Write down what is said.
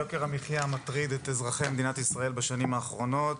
יוקר המחיה מטריד את אזרחי מדינת ישראל בשנים האחרונות,